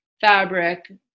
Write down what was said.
fabric